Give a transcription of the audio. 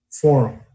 forum